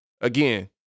again